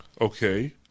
Okay